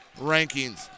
rankings